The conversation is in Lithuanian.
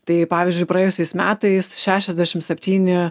tai pavyzdžiui praėjusiais metais šešiasdešim septyni